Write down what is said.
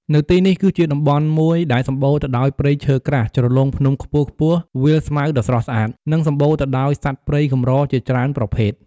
នៅទីនេះ គឺជាតំបន់មួយដែលសំបូរទៅព្រៃឈើក្រាស់ ជ្រលងភ្នំខ្ពស់ៗ វាលស្មៅដ៏ស្រស់ស្អាត និងសំបូរទៅដោយសត្វព្រៃកម្រជាច្រេីនប្រភេទ។